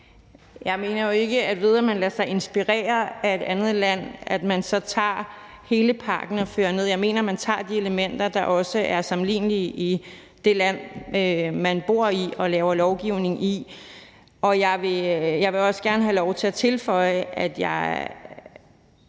at man, ved at man lader sig inspirere af et andet land, så tager hele pakken. Jeg mener, at man tager de elementer, der er sammenlignelige i forhold til det land, man bor i og laver lovgivning i. Jeg vil også gerne have lov til at tilføje, at jeg